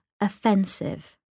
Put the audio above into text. offensive